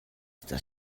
das